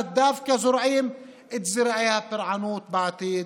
דווקא זורעים את זרעי הפורענות בעתיד.